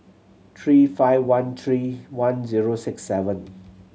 three five one three one zero six seven